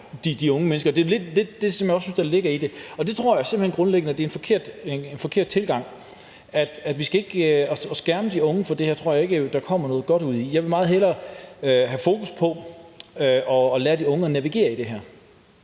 de unge mennesker for – det er lidt det, som jeg også synes ligger i det – tror jeg simpelt hen grundlæggende er en forkert tilgang. Altså, vi skal ikke skærme de unge, for det tror jeg ikke at der kommer noget godt ud af. Jeg vil meget hellere have fokus på at lære de unge at navigere i det her.